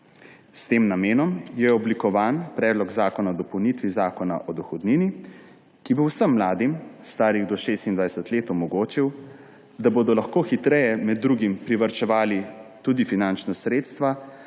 S tem namenom je oblikovan Predlog zakona o dopolnitvi Zakona o dohodnini, ki bo vsem mladim, starim do 26. let, omogočil, da bodo lahko med drugim hitreje privarčevali tudi finančna sredstva,